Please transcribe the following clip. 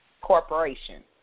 corporation